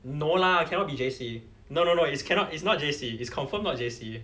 no lah cannot be J_C no no no is cannot it's not J_C it's confirm not J_C